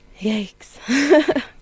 Yikes